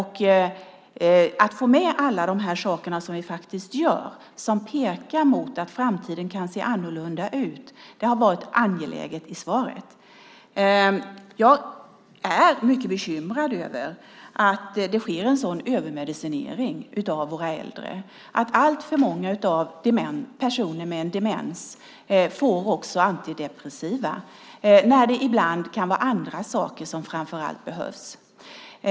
Att få med alla de saker som vi faktiskt gör, som pekar mot att framtiden kan se annorlunda ut, har varit angeläget i svaret. Jag är mycket bekymrad över att det sker en sådan övermedicinering av våra äldre, att alltför många personer med en demens också får antidepressiva medel när det ibland kan vara andra saker som framför allt behövs.